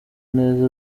neza